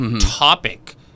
topic